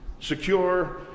secure